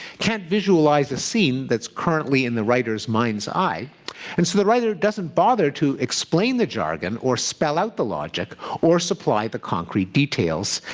can't visualise a scene that's currently in the writer's mind's eye. and so the writer doesn't bother to explain the jargon or spell out the logic or supply the concrete details,